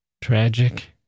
Tragic